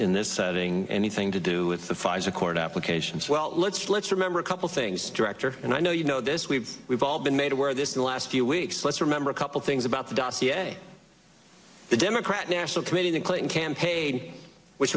in this setting anything to do with the pfizer court applications well let's let's remember a couple things director and i know you know this we've we've all been made aware of this in the last few weeks let's remember a couple things about the dossier the democrat national committee the clinton campaign which